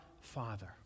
Father